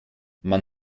man